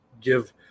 give –